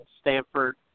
Stanford